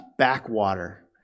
backwater